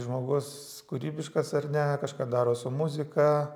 žmogus kūrybiškas ar ne kažką daro su muzika